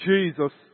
Jesus